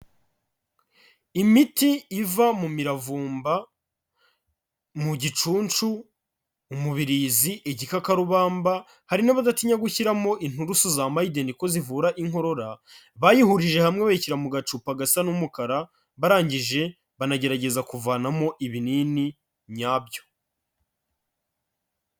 Imiti iva mu miravumba, mu gicunshu, umubirizi, igikakarubamba hari n'abadatinya gushyiramo inturusu za mayideni ko zivura inkorora, bayihurije hamwe bayishyira mu gacupa gasa n'umukara, barangije banagerageza kuvanamo ibinini nyabyo.